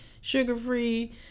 sugar-free